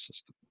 system